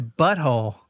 butthole